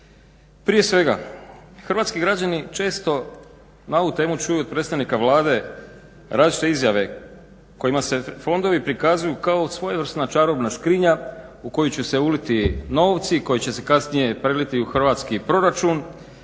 Prije svega hrvatski građani često na ovu temu čuju od predstavnika Vlade različite izjave kojima se fondovi prikazuju kao svojevrsna čarobna škrinja u koju će se uliti novci koji će se kasnije preliti u hrvatski proračun,a